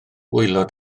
waelod